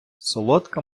солодка